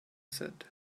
said